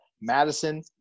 Madison